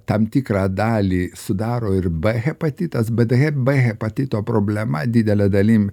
tam tikrą dalį sudaro ir b hepatitas bet b hepatito problema didele dalim